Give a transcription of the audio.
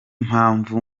mpamvu